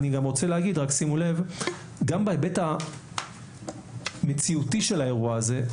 אני גם רוצה להגיד שתשימו לב שגם בהיבט המציאותי של האירוע הזה,